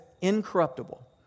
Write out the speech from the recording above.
incorruptible